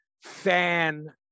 fan